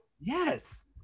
Yes